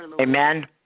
Amen